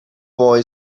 boy